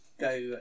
go